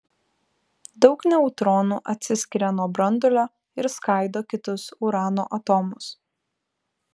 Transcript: daug neutronų atsiskiria nuo branduolio ir skaido kitus urano atomus